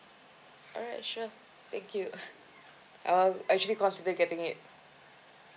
alright sure thank you uh I'll actually consider getting it